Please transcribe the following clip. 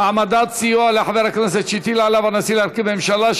העמדת סיוע לחבר הכנסת שהטיל עליו הנשיא להרכיב ממשלה),